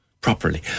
properly